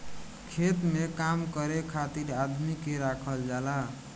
खेत में काम करे खातिर आदमी के राखल जाला